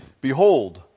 Behold